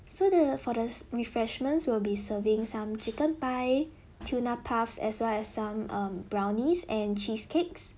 so the for the refreshments we'll be serving some chicken pie tuna puff as well as some um brownies and cheesecakes